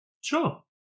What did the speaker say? Sure